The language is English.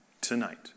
tonight